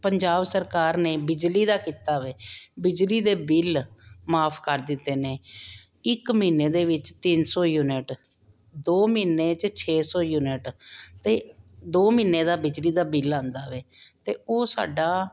ਪੰਜਾਬ ਸਰਕਾਰ ਨੇ ਬਿਜਲੀ ਦਾ ਕੀਤਾ ਵੇ ਬਿਜਲੀ ਦੇ ਬਿੱਲ ਮਾਫ ਕਰ ਦਿੱਤੇ ਨੇ ਇੱਕ ਮਹੀਨੇ ਦੇ ਵਿੱਚ ਤਿੰਨ ਸੌ ਯੂਨਿਟ ਦੋ ਮਹੀਨੇ 'ਚ ਛੇ ਸੌ ਯੂਨਿਟ ਅਤੇ ਦੋ ਮਹੀਨੇ ਦਾ ਬਿਜਲੀ ਦਾ ਬਿਲ ਆਉਂਦਾ ਵੇ ਅਤੇ ਉਹ ਸਾਡਾ